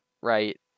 right